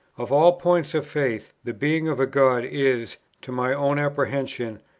of all points of faith, the being of a god is, to my own apprehension,